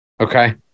Okay